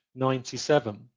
97